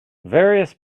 various